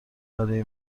برای